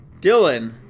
Dylan